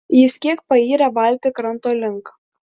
jis kiek payrė valtį kranto link